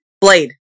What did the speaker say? blade